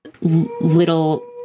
little